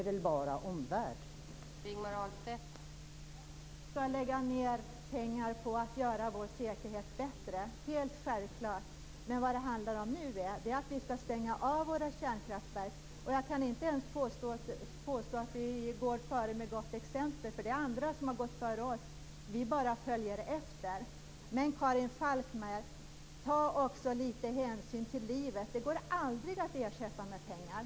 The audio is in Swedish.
Det är helt självklart. Men vad det nu handlar om är att vi skall stänga av våra kärnkraftverk. Jag kan inte ens påstå att vi går före med gott exempel. Det finns andra som har gått före oss. Vi bara följer efter. Ta också litet hänsyn till livet, Karin Falkmer! Det går aldrig att ersätta med pengar.